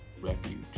Refuge